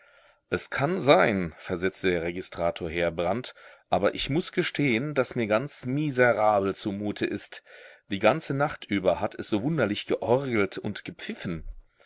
es kann sein versetzte der registrator heerbrand aber ich muß gestehen daß mir ganz miserabel zumute ist die ganze nacht über hat es so wunderlich georgelt und gepfiffen